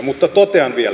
mutta totean vielä